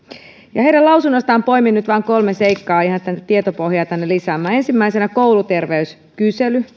ja heidän lausunnostaan poimin nyt vain kolme seikkaa ihan tietopohjaa tänne lisäämään ensimmäisenä kouluterveyskysely